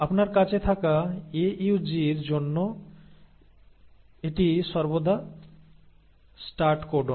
আপনার কাছে থাকা AUG র জন্য এটি সর্বদা স্টার্ট কোডন